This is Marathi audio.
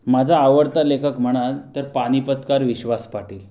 माझा आवडता लेखक म्हणाल तर पानिपतकार विश्वास पाटील